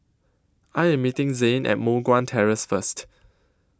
I Am meeting Zane At Moh Guan Terrace First